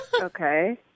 Okay